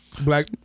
Black